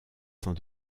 sans